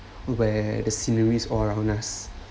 where the sceneries all around us